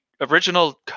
original